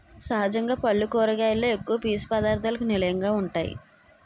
సహజంగా పల్లు కూరగాయలలో ఎక్కువ పీసు పధార్ధాలకు నిలయంగా వుంటాయి